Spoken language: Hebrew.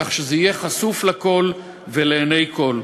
כך שזה יהיה חשוף לכול ולעיני כול.